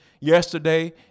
Yesterday